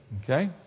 Okay